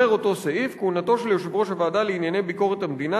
אומר אותו סעיף "כהונתו של יושב-ראש הוועדה לענייני ביקורת המדינה